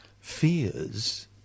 fears